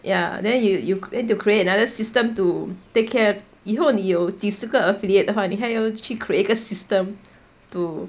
ya then you you need to create another system to take care 以后你有几十个 affiliate 的话你还要去 create 一个 system to